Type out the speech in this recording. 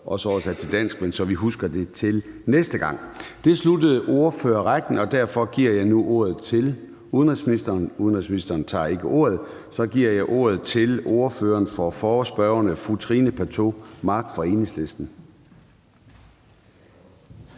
også oversat til dansk, men det er, så vi husker det til næste gang. Det sluttede ordførerrækken, og derfor giver jeg nu ordet til udenrigsministeren. Udenrigsministeren tager ikke ordet. Så giver jeg ordet til ordføreren for forespørgerne, fru Trine Pertou Mach fra Enhedslisten.